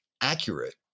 accurate